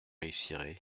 réussirez